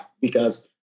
Because-